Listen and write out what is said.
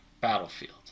battlefield